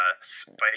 Spike